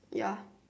ya